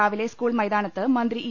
രാവിലെ സ്കൂൾ മൈതാനത്ത് മന്ത്രി ഇ